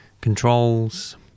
controls